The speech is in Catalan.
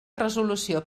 resolució